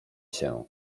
się